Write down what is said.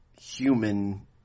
human